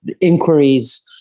inquiries